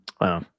Wow